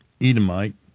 Edomite